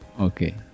Okay